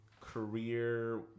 career